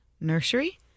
Nursery